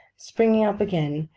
springing up again,